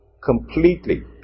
completely